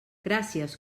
gràcies